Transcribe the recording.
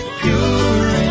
pure